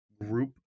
group